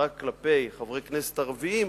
רק כלפי חברי כנסת ערבים,